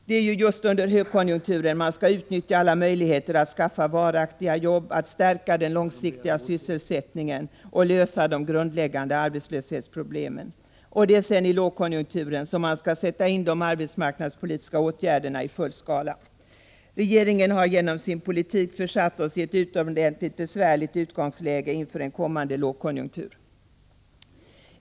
Det är just under högkonjunkturer som man skall utnyttja alla möjligheter att skaffa varaktiga jobb, att stärka den långsiktiga sysselsättningen och att lösa de grundläggande arbetslöshetsproblemen. Det är under lågkonjunkturer som man skall sätta in de arbetsmarknadspolitiska åtgärderna i full skala. Regeringen har genom sin politik försatt oss i ett utomordentligt besvärligt utgångsläge inför en kommande lågkonjunktur.